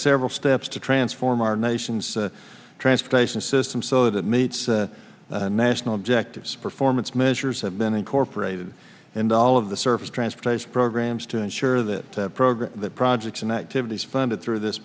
several steps to transform our nation's transportation system so that meets that national ject performance measures have been incorporated into all of the surface transportation programs to ensure that program projects and activities funded through this